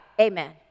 Amen